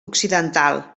occidental